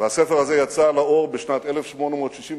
והספר הזה יצא לאור בשנת 1862,